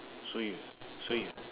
so you so you